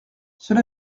cela